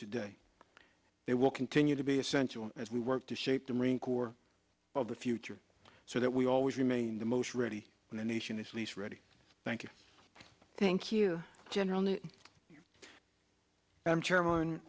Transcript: today they will continue to be essential as we work to shape the marine corps of the future so that we always remain the most ready when the nation is least ready thank you thank you generally